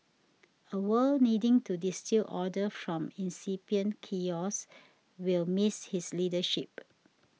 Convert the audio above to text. a world needing to distil order from incipient chaos will miss his leadership